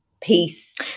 peace